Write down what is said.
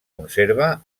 conserva